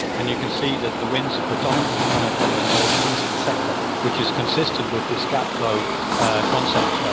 and you can see that the winds are predominantly coming from the northeastern sector, which is consistent with this gap flow concept,